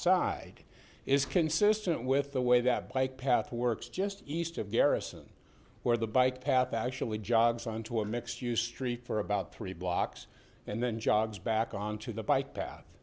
side is consistent with the way that bike path works just east of garrison where the bike paths actually jogs onto a mixed use street for about three blocks and then jogs back on to the bike